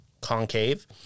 concave